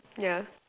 yeah